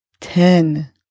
ten